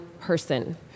person